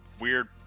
weird